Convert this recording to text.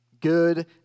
Good